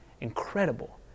Incredible